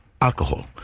alcohol